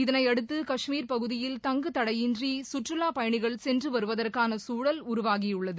இதனையடுத்து கஷ்மீர் பகுதியில் தங்குதடையின்றி சுற்றுலாப்பயணிகள் சென்று வருவதற்கான சூழல் உருவாகியுள்ளது